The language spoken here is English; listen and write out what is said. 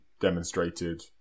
demonstrated